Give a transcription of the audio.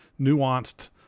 nuanced